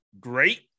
great